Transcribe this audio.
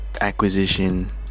acquisition